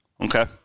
Okay